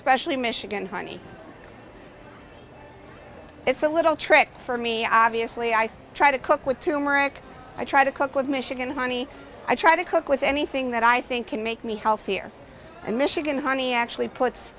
honey specially michigan honey it's a little trick for me obviously i try to cook with tumor ik i try to cook with michigan honey i try to cook with anything that i think can make me healthier and michigan honey actually puts